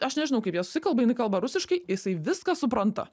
aš nežinau kaip jie susikalba jinai kalba rusiškai jisai viską supranta